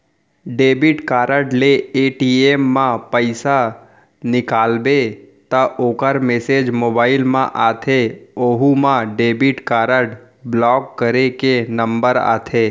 debit card ले ATM म पइसा निकालबे त ओकर मेसेज मोबाइल म आथे ओहू म डेबिट कारड ब्लाक करे के नंबर आथे